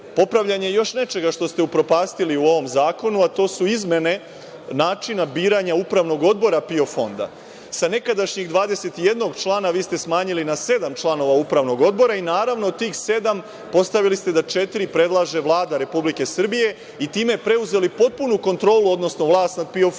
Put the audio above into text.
popravljanje još nečega što ste upropastili u ovom zakonu, a to su izmene načina biranja Upravnog odbora PIO fonda. Sa nekadašnjeg 21 člana, vi ste smanjili na sedam članova Upravnog odbora i, naravno, od tih sedam postavili ste da četiri predlaže Vlada Republike Srbije i time preuzeli potpunu kontrolu, odnosno vlast nad PIO fondom.